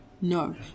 No